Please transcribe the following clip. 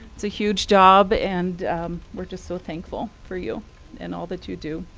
it's a huge job, and we're just so thankful for you and all that you do.